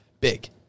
big